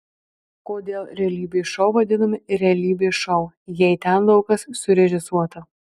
kodėl realybės šou vadinami realybės šou jei ten daug kas surežisuota